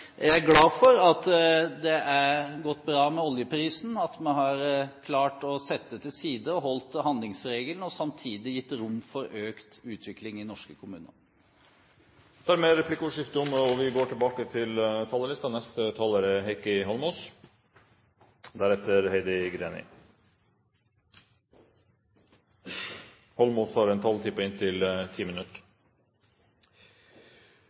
jeg er glad for at det har gått bra med oljeprisen, at vi har klart å sette til side og holdt handlingsregelen og samtidig gitt rom for økt utvikling i norske kommuner. Dermed er replikkordskiftet omme. Når vi diskuterer kommuneøkonomi i Norge og utsikten for den norske velferdsstaten, der kommunene spiller en helt sentral rolle, er